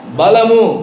balamu